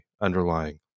underlying